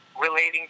Relating